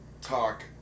talk